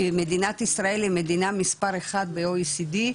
שמדינת ישראל היא מדינה מספר אחד ב-או.אי.סי.די,